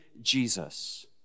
Jesus